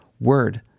word